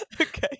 Okay